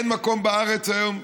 אין מקום בארץ היום,